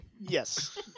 Yes